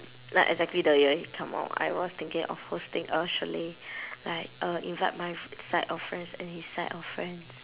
like exactly the year he come out I was thinking of hosting a chalet like uh invite my f~ side of friends and his side of friends